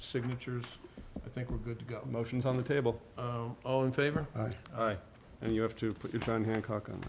signatures i think we're good to go motions on the table all in favor and you have to put your john hancock on